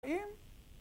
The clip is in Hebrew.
אין.